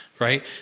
right